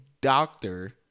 doctor